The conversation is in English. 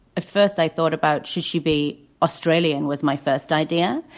at first i thought about should she be australian was my first idea.